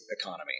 economy